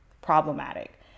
problematic